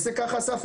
אסף,